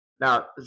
now